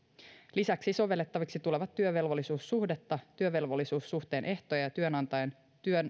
lisäksi sovellettaviksi tulevat työvelvollisuussuhdetta työvelvollisuussuhteen ehtoja ja työnantajan